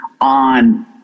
on